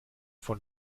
von